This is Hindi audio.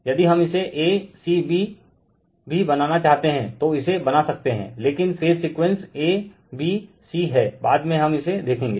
यदि हम इसे a c b भी बनाना चाहते है तो इसे बना सकते हैं लेकिन phase sequence a b c हैं बाद में हम इसे देखेंगे